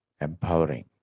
empowering